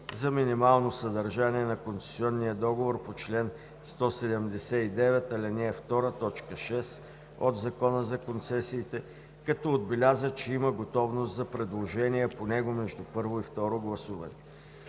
за минимално съдържание на концесионния договор по чл. 179, ал. 2, т. 6 от Закона за концесиите, като отбеляза, че има готовност за предложение по него между първо и второ гласуване.